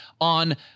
on